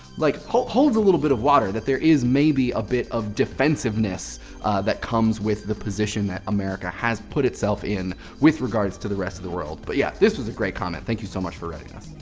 like, holds a little bit of water, that there is maybe a bit of defensiveness that comes with the position that america has put itself in with regards to the rest of the world. but yeah, this was a great comment. thank you so much for writing us.